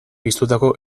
piztutako